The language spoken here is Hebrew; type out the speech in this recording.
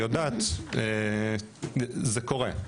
זה קורה.